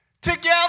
together